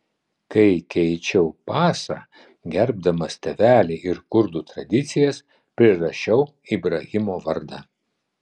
kai keičiau pasą gerbdamas tėvelį ir kurdų tradicijas prirašiau ibrahimo vardą